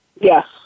Yes